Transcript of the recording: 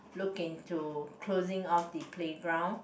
look in to closing off the playground